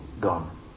gone